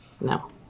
No